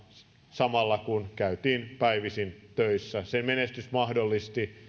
samalla kun käytiin päivisin töissä sen menestys mahdollisti